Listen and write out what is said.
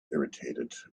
irritated